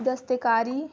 دستکاری